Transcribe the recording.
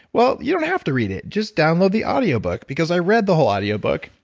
well you don't have to read it. just download the audio book because i read the whole audio book,